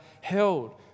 held